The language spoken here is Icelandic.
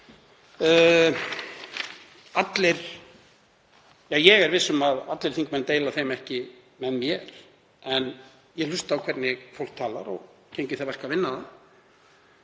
sem ég er viss um að allir þingmenn deila ekki með mér en ég hlusta á hvernig fólk talar og geng í það verk að vinna það.